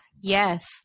Yes